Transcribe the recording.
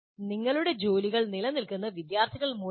ഞങ്ങളുടെ ജോലികൾ നിലനിൽക്കുന്നത് വിദ്യാർത്ഥികൾ മൂലമാണ്